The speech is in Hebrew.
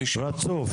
רצוף.